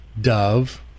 dove